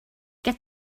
get